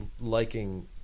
liking